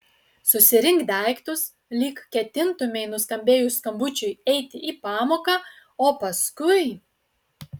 susirink daiktus lyg ketintumei nuskambėjus skambučiui eiti į pamoką o paskui